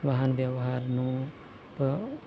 વાહનવ્યવહારનું પ